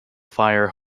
fire